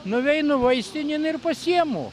nueinu vaistinėn ir pasiimu